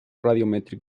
radiometric